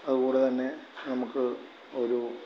അതുപോലെതന്നെ നമ്മള്ക്ക് ഒരു